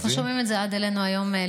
אנחנו שומעים את זה עד אלינו היום.